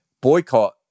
Boycott